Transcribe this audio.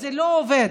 זה לא עובד.